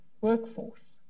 workforce